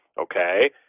okay